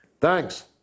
Thanks